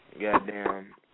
Goddamn